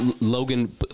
Logan